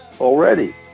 already